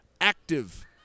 active